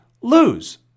lose